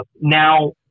Now